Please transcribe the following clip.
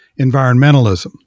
environmentalism